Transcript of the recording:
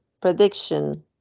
Prediction